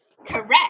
Correct